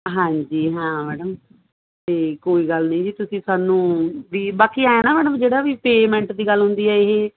ਹਾਂਜੀ ਹਾਂ ਮੈਡਮ ਤੇ ਕੋਈ ਗੱਲ ਨਹੀਂ ਜੀ ਤੁਸੀਂ ਸਾਨੂੰ ਵੀ ਬਾਕੀ ਆਇਆ ਨਾ ਮੈਡਮ ਜਿਹੜਾ ਵੀ ਪੇਮੈਂਟ ਦੀ ਗੱਲ ਹੁੰਦੀ ਹੈ ਇਹ